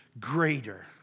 greater